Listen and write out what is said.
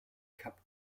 kapp